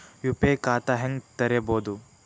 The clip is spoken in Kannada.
ಯು.ಪಿ.ಐ ಖಾತಾ ಹೆಂಗ್ ತೆರೇಬೋದು?